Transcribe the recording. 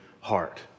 heart